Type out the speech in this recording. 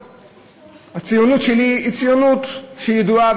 הציונות שלי היא ציונות שהיא ידועה,